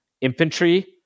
Infantry